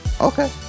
okay